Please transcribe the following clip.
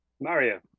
Mario